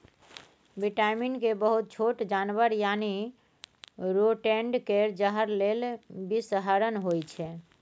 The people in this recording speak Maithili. बिटामिन के बहुत छोट जानबर यानी रोडेंट केर जहर लेल बिषहरण होइ छै